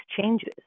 changes